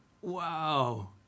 wow